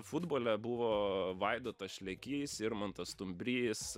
futbole buvo vaidotas šlekys irmantas stumbrys